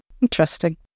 Interesting